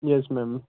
yes ma'am